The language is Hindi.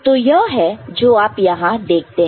तो यह है जो आप यहां देखते हैं